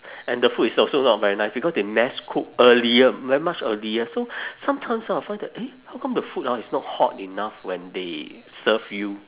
and the food is also not very nice because they mass cook earlier very much earlier so sometimes ah I find that eh how come the food ah is not hot enough when they serve you